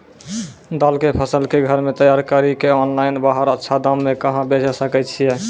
दाल के फसल के घर मे तैयार कड़ी के ऑनलाइन बाहर अच्छा दाम मे कहाँ बेचे सकय छियै?